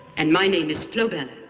and my name is florbella.